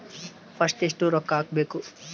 First ಎಷ್ಟು ರೊಕ್ಕ ಹಾಕಬೇಕು?